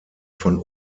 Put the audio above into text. von